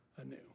Anew